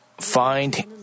find